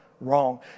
Wrong